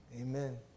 Amen